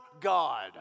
God